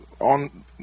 on